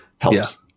helps